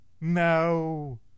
No